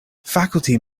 faculty